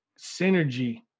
Synergy